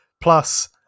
Plus